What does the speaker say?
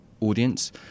audience